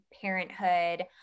parenthood